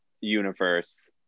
universe